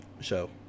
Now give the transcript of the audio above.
show